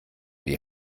die